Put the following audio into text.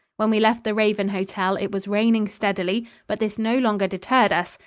when we left the raven hotel it was raining steadily, but this no longer deterred us,